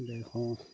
ডেৰশ